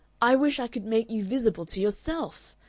i wish i could make you visible to yourself.